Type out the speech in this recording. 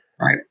right